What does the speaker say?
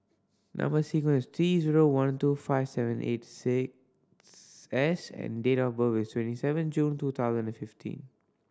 number sequence is T zero one two five seven eight six S and date of birth is twenty seven June two thousand and fifteen